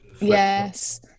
Yes